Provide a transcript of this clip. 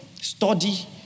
study